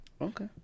Okay